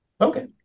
Okay